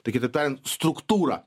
tai kitaip tariant struktūrą